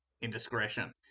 indiscretion